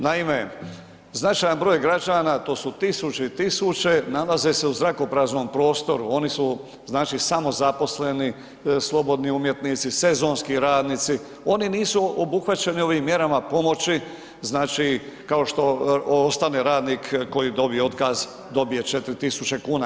Naime, značajan broj građana, to su tisuće i tisuće nalaze se u zrakopraznom prostoru, oni su znači samozaposleni, slobodni umjetnici, sezonski radnici, oni nisu obuhvaćeni ovim mjerama pomoći, znači kao što ostane radnik koji dobije otkaz, dobije 4 tisuće kuna.